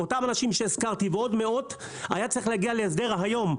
עם אותם אנשים שהזכרתי ועם עוד מאות היה צריך להגיע להסדר היום,